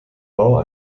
bau